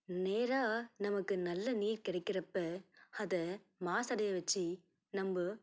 நேராக நமக்கு நல்ல நீர் கிடைக்கிறப்ப அதை மாசடைய வச்சு நம்ம